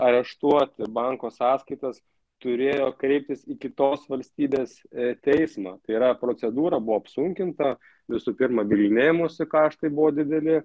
areštuoti banko sąskaitas turėjo kreiptis į kitos valstybės teismą tai yra procedūra buvo apsunkinta visų pirma bylinėjimosi kaštai buvo dideli